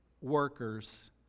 workers